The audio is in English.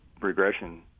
regression